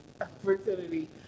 opportunity